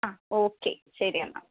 ആ ഓക്കെ ശരി എന്നാൽ